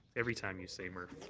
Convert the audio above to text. every time you say mrf.